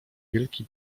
wielki